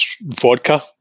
vodka